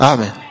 Amen